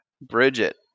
Bridget